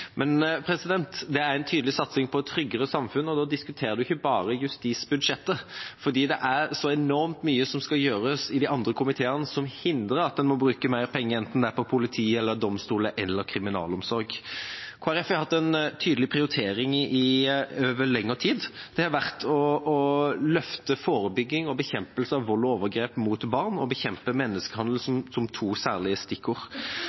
men det er også en tydelig satsing på et tryggere samfunn. Da diskuterer en ikke bare justisbudsjettet, for det er så enormt mye som skal gjøres i de andre komiteene for å hindre at en må bruke mer penger enten det er på politiet, domstolene eller kriminalomsorg. Kristelig Folkeparti har hatt en tydelig prioritering over lengre tid. Å løfte forebygging og bekjempelse av vold og overgrep mot barn og bekjempe menneskehandel